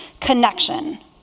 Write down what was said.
connection